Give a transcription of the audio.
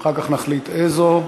ואחר כך נחליט לאיזו.